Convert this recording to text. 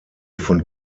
von